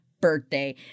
birthday